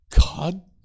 God